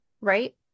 right